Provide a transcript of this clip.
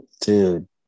Dude